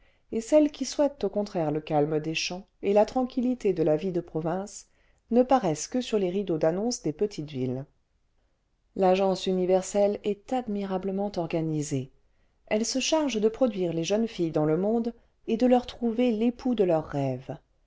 et celles qui souhaitent au contraire le calme des champs et la tranquillité de la vie de province ne paraissent que sur les rideaux d'annonces des petites villes l'agence universelle est admirablement organisée elle se charge de produire les jeunes filles dans le monde et de leur trouver l'époux de leurs rêves